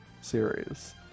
series